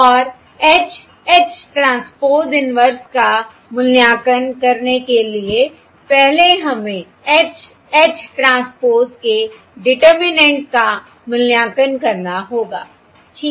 और H H transpose inverse का मूल्यांकन करने के लिए पहले हमें H H ट्रांसपोज़ के डिटरमिनेन्ट का मूल्यांकन करना होगा ठीक है